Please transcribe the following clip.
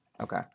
Okay